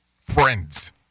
Friends